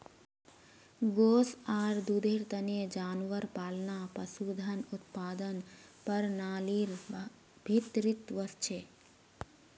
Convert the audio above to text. गोस आर दूधेर तने जानवर पालना पशुधन उत्पादन प्रणालीर भीतरीत वस छे